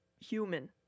human